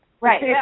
Right